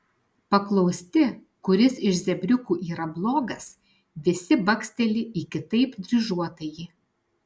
paklausti kuris iš zebriukų yra blogas visi baksteli į kitaip dryžuotąjį